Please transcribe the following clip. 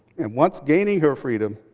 and once gaining her freedom,